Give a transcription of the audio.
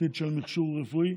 תשתית של מכשור רפואי.